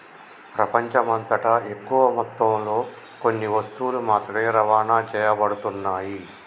ప్రపంచమంతటా ఎక్కువ మొత్తంలో కొన్ని వస్తువులు మాత్రమే రవాణా చేయబడుతున్నాయి